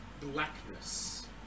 blackness